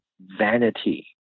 vanity